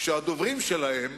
שהדוברים שלהם,